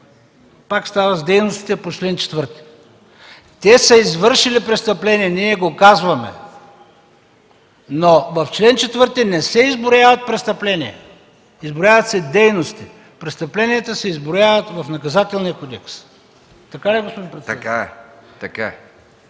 свързани с дейностите по чл. 4.” Те са извършили престъпления – ние го казваме. Но в чл. 4 не се изброяват престъпления – изброяват се дейности. Престъпленията се изброяват в Наказателния кодекс. Така ли е, господин председател?